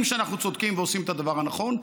שאנחנו צודקים ועושים את הדבר הנכון,